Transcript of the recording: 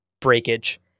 breakage